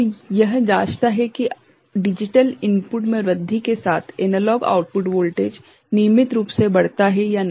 तो यह जांचता है कि डिजिटल इनपुट में वृद्धि के साथ एनालॉग आउटपुट वोल्टेज नियमित रूप से बढ़ता है या नहीं